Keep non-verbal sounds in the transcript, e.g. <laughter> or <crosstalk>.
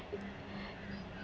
<laughs>